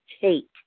take